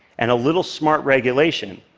and a little smart regulation,